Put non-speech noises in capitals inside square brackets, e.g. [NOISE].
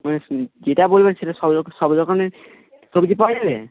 [UNINTELLIGIBLE] যেটা বলবেন সেটা সব সব রকমের সবজি পাওয়া যাবে